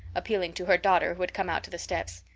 appealing to her daughter who had come out to the steps.